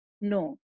No